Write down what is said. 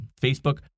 Facebook